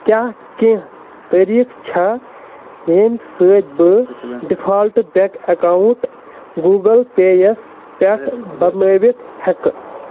کیٛاہ کینٛہہ طریٖقہٕ چھا ییٚمہِ سۭتۍ بہٕ default bank account Google Pay یَس پٮ۪ٹھ بدلٲوِتھ ہٮ۪کہٕ